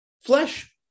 flesh